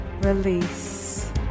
release